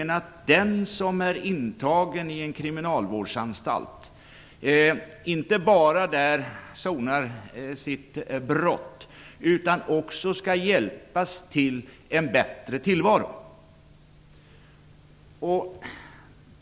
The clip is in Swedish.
Den som är intagen på en kriminalvårdsanstalt sonar där inte bara sitt brott, utan skall också hjälpas till en bättre tillvaro.